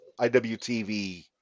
IWTV